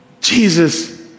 Jesus